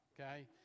okay